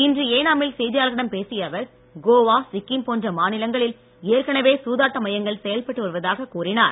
இன்று ஏனாமில் செய்தியாளர்களிடம் பேசிய அவர் கோவா சிக்கிம் போன்ற மாநிலங்களில் ஏற்கனவே சூதாட்ட மையங்கள் செயல்பட்டு வருவதாக கூறினார்